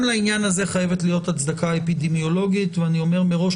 לעניין הזה חייבת להיות הצדקה אפידמיולוגית ואני אומר מראש,